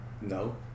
No